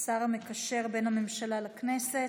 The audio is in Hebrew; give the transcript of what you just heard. השר המקשר בין הממשלה לכנסת.